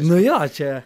nu jo čia